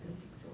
I don't think so